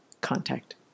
contact